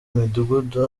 imidugudu